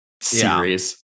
series